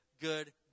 good